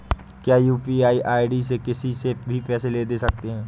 क्या UPI ID से किसी से भी पैसे ले दे सकते हैं?